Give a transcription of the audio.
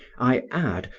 i add,